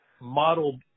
model